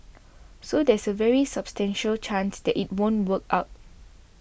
so there's a very substantial chance that it won't work out